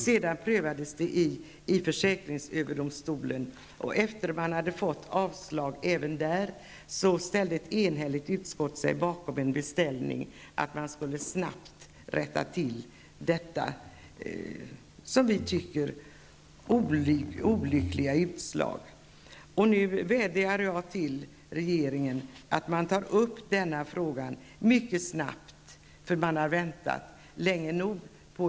Sedan prövades det i försäkringsöverdomstolen. Efter det att man har fått avslag även där ställde sig ett enhälligt utskott bakom en beställning att detta, som vi tycker, olyckliga utslag snart skall rättas till. Nu vädjar jag till regeringen att regeringen tar upp denna fråga mycket snart, man har väntat länge nog.